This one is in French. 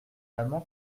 maman